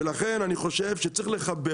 לכן אני חושב שצריך לחבר.